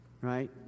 Right